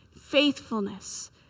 faithfulness